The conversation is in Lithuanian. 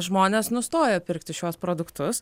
žmonės nustojo pirkti šiuos produktus